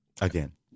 Again